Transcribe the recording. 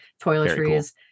toiletries